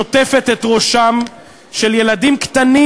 שוטפת את ראשם של ילדים קטנים,